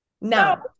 Now